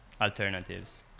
alternatives